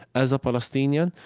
as a palestinian,